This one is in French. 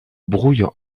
brouille